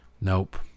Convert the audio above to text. Nope